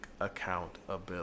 accountability